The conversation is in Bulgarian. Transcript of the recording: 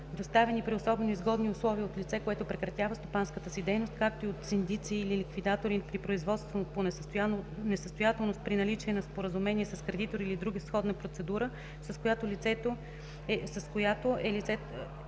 доставяни при особено изгодни условия от лице, което прекратява стопанската си дейност, както и от синдици или ликвидатори при производство по несъстоятелност, при наличие на споразумение с кредитори или друга сходна процедура, в която е лицето,